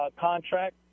contract